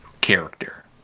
character